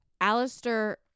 Alistair